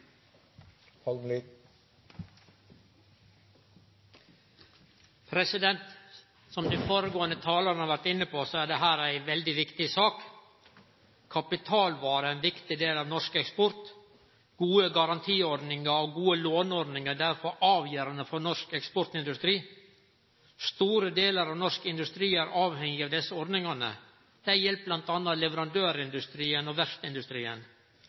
etter. Som dei føregåande talarane har vore inne på, er dette ei veldig viktig sak. Kapitalvare er ein viktig del av norsk eksport. Gode garantiordningar og gode låneordningar er derfor avgjerande for norsk eksportindustri. Store delar av norsk industri er avhengige av desse ordningane. Dei hjelper bl.a. leverandørindustrien og